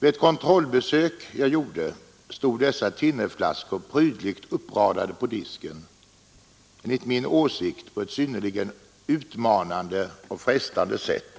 Vid ett kontrollbesök som jag gjorde stod dessa thinnerflaskor prydligt uppradade på disken på ett enligt min åsikt synnerligen utmanande och frestande sätt